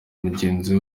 mugenzi